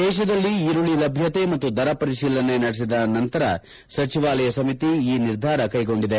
ದೇಶದಲ್ಲಿ ಈರುಳ್ಳಿ ಲಭ್ಯತೆ ಮತ್ತು ದರ ಪರಿಶೀಲನೆ ನಡೆಸಿದ ಅಂತರ ಸಚಿವಾಲಯ ಸಮಿತಿ ಈ ನಿರ್ಧಾರ ಕೈಗೊಂಡಿದೆ